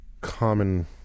common